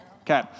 Okay